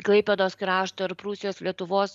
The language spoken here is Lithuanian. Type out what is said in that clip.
klaipėdos krašto ir prūsijos lietuvos